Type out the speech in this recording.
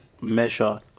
measure